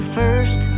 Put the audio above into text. first